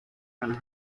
and